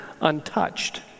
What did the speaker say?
untouched